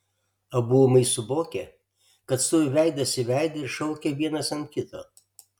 abu ūmai suvokė kad stovi veidas į veidą ir šaukia vienas ant kito